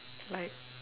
like